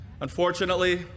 Unfortunately